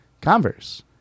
Converse